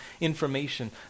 information